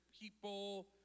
people